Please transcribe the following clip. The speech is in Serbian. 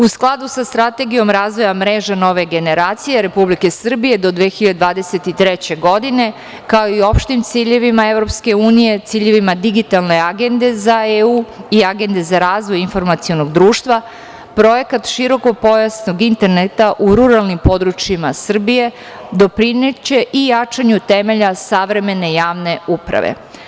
U skladu sa Strategijom razvoja mreža nove generacije Republike Srbije do 2023. godine, kao i opštim ciljevima EU, ciljevima Digitalne agende za EU i Agende za razvoj informacionog društva, Projekat širokopojasnog interneta u ruralnim područjima Srbije doprineće i jačanju temelja savremene javne uprave.